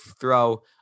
throw